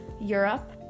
Europe